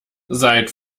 seit